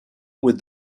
with